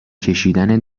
کشیدن